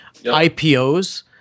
IPOs